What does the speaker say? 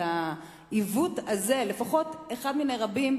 את העיוות הזה, לפחות אחד מני רבים,